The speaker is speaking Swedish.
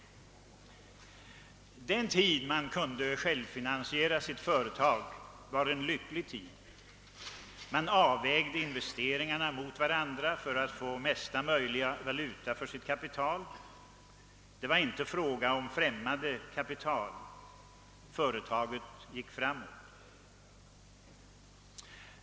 Den tid man kunde självfinansiera sitt företag var en lycklig tid. Man avvägde investeringarna mot varandra för att få mesta valuta för sitt kapital, det var inte fråga om främmande kapital, företaget gick framåt.